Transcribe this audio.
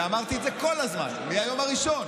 ואמרתי את זה כל הזמן, מהיום הראשון.